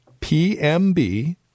PMB